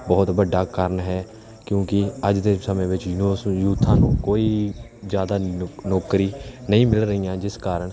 ਬਹੁਤ ਵੱਡਾ ਕਾਰਨ ਹੈ ਕਿਉਂਕਿ ਅੱਜ ਦੇ ਸਮੇਂ ਵਿੱਚ ਜੋ ਸ ਯੂਥਾਂ ਨੂੰ ਕੋਈ ਜ਼ਿਆਦਾ ਨੌਕ ਨੌਕਰੀ ਨਹੀਂ ਮਿਲ ਰਹੀਆਂ ਜਿਸ ਕਾਰਨ